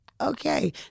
Okay